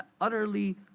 utterly